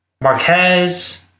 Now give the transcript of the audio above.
Marquez